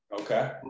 Okay